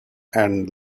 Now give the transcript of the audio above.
and